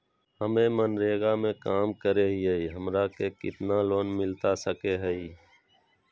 हमे मनरेगा में काम करे हियई, हमरा के कितना लोन मिलता सके हई?